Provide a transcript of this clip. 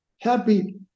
happy